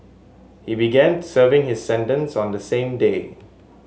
he began serving his sentence on the same day